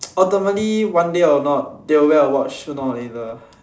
ultimately one day or not they will wear a watch sooner or later